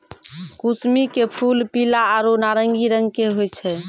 कुसमी के फूल पीला आरो नारंगी रंग के होय छै